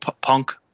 Punk